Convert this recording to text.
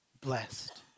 blessed